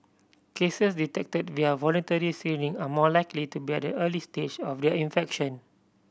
cases detected via voluntary screening are more likely to be at the early stage of their infection